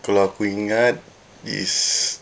kalau aku ingat it is